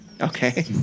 Okay